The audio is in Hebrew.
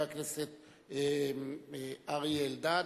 חבר הכנסת אריה אלדד,